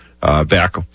back